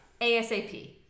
ASAP